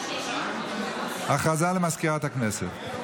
הודעה לסגנית מזכיר הכנסת.